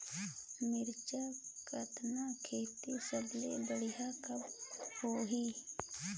मिरचा कतना खेती सबले बढ़िया कब होही?